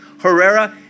Herrera